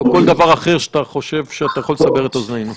או כל דבר אחר שאתה חושב שאתה יכול לסבר את אוזנינו.